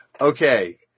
Okay